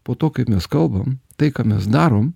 po to kaip mes kalbam tai ką mes darom